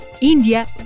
India